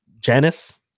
Janice